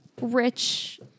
rich